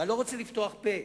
ואני לא רוצה לפתוח פה,